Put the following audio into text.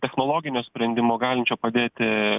technologinio sprendimo galinčio padėti